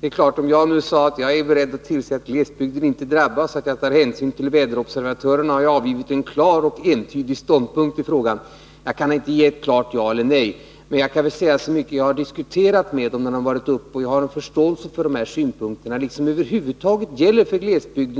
Det är klart att om jag nu sade att jag är beredd att tillse att glesbygden inte drabbas, att jag tar hänsyn till väderobservatörerna, har jag intagit en entydig ståndpunkt i frågan. Jag kaninte ge ett klart ja eller nej som svar, men jag kan säga så mycket att jag har diskuterat med väderobservatörerna när de varit på departementet och att jag har förståelse för de här synpunkterna liksom för glesbygdsproblemen över huvud taget.